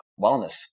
wellness